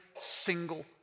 single